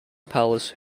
palace